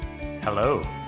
Hello